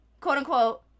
quote-unquote